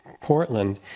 Portland